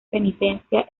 penitencia